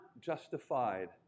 justified